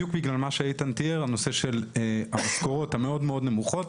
בדיוק בגלל מה שאיתן תיאר הנושא של המשכורות המאוד מאוד נמוכות,